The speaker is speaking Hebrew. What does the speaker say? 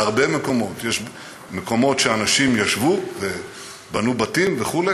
בהרבה מקומות יש מקומות שאנשים ישבו ובנו בתים וכו',